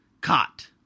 cot